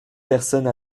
personne